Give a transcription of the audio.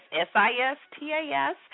S-I-S-T-A-S